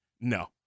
No